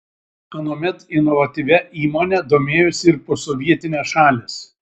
anuomet inovatyvia įmone domėjosi ir posovietinės šalys